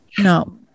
no